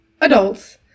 adults